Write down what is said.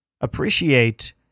appreciate